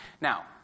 Now